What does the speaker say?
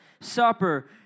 Supper